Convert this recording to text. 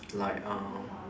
like uh